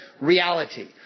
reality